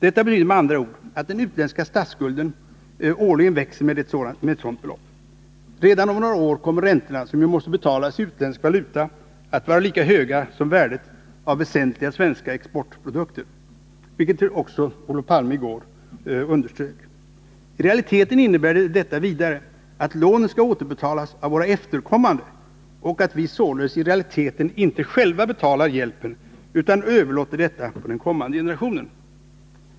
Det betyder med andra ord att den utländska statsskulden årligen växer med detta belopp. Redan om några år kommer räntorna, som ju måste betalas i utländsk valuta, att vara lika höga som värdet av väsentliga svenska exportprodukter, vilket också Olof Palme underströk i går. I realiteten innebär det vidare att lånen skall återbetalas av våra efterkommande och att vi således i realiteten inte själva betalar hjälpen utan överlåter det på en kommande generation.